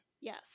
Yes